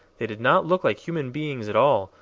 they did not look like human beings at all,